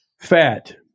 fat